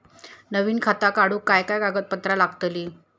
नवीन खाता काढूक काय काय कागदपत्रा लागतली?